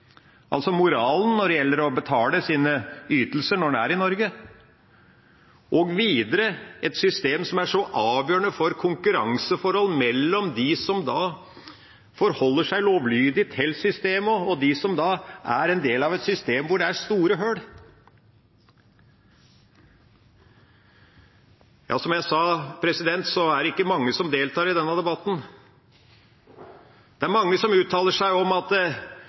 altså moralen når det gjelder å betale sine ytelser når en er i Norge, og videre et system som er så avgjørende for konkurranseforhold mellom de som forholder seg lovlydig til systemet, og de som er en del av et system hvor det er store hull. Som jeg sa, er det ikke mange som deltar i denne debatten. Det er mange som uttaler seg om at